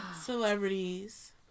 celebrities